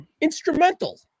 Instrumental